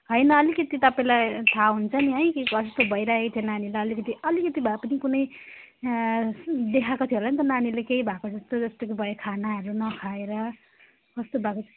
होइन अलिकति तपाईँलाई थाह हुन्छ नि है कि कस्तो भइराहेको थियो नानीलाई भनेर अलिकति अलिकति भए पनि कुनै देखाएको थियो होला नि त नानीले केही भएको जस्तो जस्तो कि भयो खानाहरू नखाएर कस्तो भएको